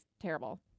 terrible